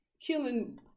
killing